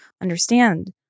understand